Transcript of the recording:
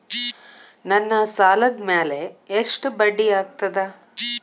ನನ್ನ ಸಾಲದ್ ಮ್ಯಾಲೆ ಎಷ್ಟ ಬಡ್ಡಿ ಆಗ್ತದ?